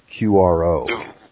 QRO